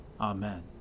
Amen